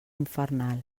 infernal